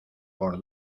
por